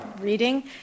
reading